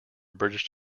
british